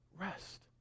Rest